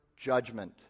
judgment